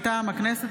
מטעם הכנסת,